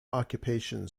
occupation